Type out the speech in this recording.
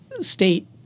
state